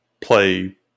play